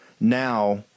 now